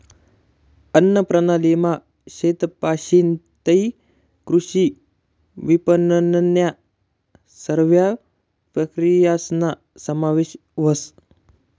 अन्नप्रणालीमा शेतपाशीन तै कृषी विपनननन्या सरव्या प्रक्रियासना समावेश व्हस